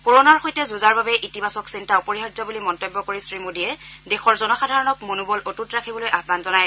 কৰণাৰ সৈতে যুঁজাৰ বাবে ইতিবাচক চিন্তা অপৰিহাৰ্য বুলি মন্তব্য কৰি শ্ৰীমোদীয়ে দেশৰ জনসাধাৰণক মনোবল অট্ত ৰাখিবলৈ আহান জনায়